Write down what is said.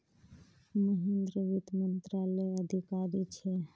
महेंद्र वित्त मंत्रालयत अधिकारी छे